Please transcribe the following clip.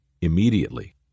immediately